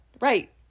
Right